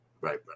right